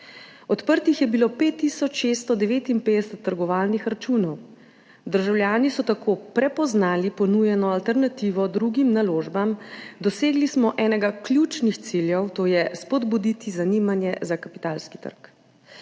Odprtih je bilo 5 tisoč 659 trgovalnih računov. Državljani so tako prepoznali ponujeno alternativo drugim naložbam. Dosegli smo enega ključnih ciljev, to je spodbuditi zanimanje za kapitalski trg.